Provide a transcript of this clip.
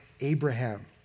Abraham